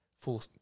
full